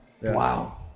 Wow